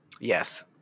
Yes